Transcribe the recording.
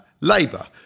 Labour